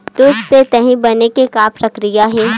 दूध से दही बने के का प्रक्रिया हे?